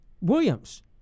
Williams